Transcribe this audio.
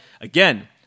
again